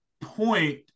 point